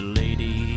lady